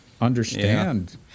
understand